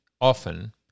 often